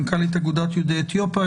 מנכ"לית אגודת יהודי אתיופיה,